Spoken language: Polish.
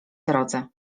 drodze